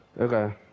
Okay